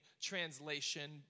Translation